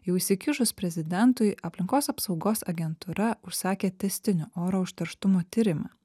jau įsikišus prezidentui aplinkos apsaugos agentūra užsakė tęstinį oro užterštumo tyrimą